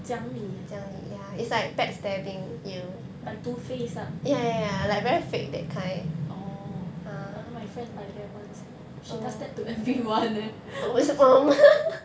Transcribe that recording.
讲你 ah like two-faced ah orh !huh! my friend like that [one] sia she does that to everyone eh